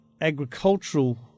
agricultural